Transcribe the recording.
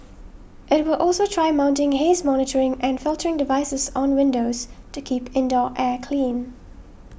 it will also try mounting haze monitoring and filtering devices on windows to keep indoor air clean